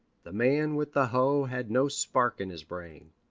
the man with the hoe had no spark in his brain.